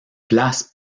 place